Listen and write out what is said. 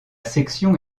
section